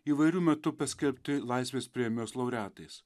įvairiu metu paskelbti laisvės premijos laureatais